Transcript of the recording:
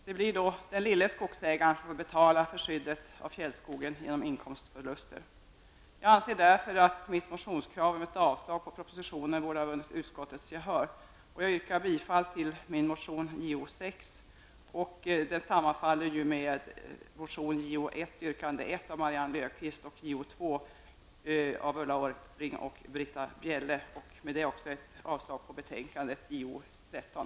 Det blir då den mindre skogsägaren som får betala för skyddet för fjällskogen genom inkomstförluster. Jag anser därför att mitt motionskrav om ett avslag på propositionen borde ha vunnit utskottes gehör. Jag yrkar bifall till min motion Jo6 som ju sammanfaller med motion Jo1, yrkande 1, av Britta Bjelle, och jag yrkar med detta också avslag på utskottes hemställan i betänkande JoU13.